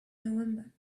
november